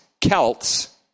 Celts